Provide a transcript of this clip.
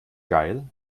geil